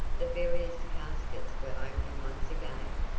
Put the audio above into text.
the various caskets were opened once again,